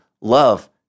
love